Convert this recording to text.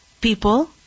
people